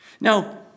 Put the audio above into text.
Now